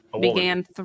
began